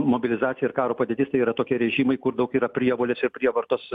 mobilizacija ir karo padėtis tai yra tokie režimai kur daug yra prievolės ir prievartos